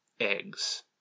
Eggs